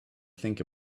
think